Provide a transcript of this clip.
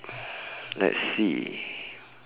let's see